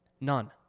None